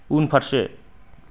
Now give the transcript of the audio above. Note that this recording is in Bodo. उनफारसे